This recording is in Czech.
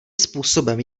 způsobem